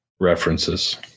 references